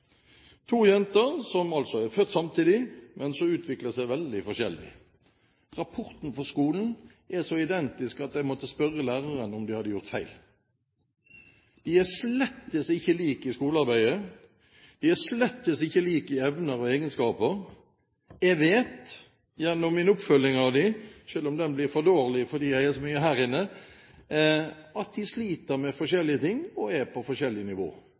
to jenter som altså er født samtidig, men som utvikler seg veldig forskjellig. Rapportene fra skolen er så identiske at jeg måtte spørre lærerne om de hadde gjort feil. De er slettes ikke like i skolearbeidet, de er slettes ikke like i evner og egenskaper. Jeg vet gjennom min oppfølging av dem, selv om den blir for dårlig fordi jeg er så mye her, at de sliter med forskjellige ting og er på forskjellig nivå.